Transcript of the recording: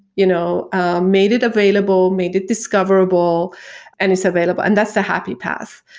you know made it available, made it discoverable and is available. and that's the happy path.